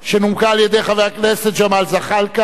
שנומקה על-ידי חבר הכנסת ג'מאל זחאלקה,